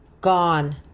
gone